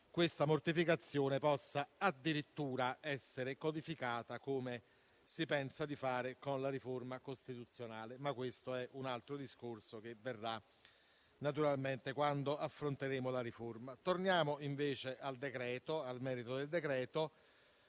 che essa possa addirittura essere codificata, come si pensa di fare con la riforma costituzionale. Questo però è un altro discorso che verrà naturalmente quando affronteremo la riforma. Torniamo invece al merito del decreto-legge.